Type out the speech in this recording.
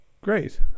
Great